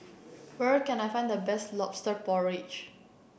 where can I find the best lobster porridge